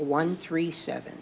one three seven